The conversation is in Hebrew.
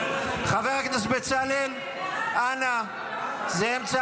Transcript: חבר הכנסת בצלאל, אנא, זה אמצע